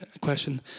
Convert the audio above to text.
question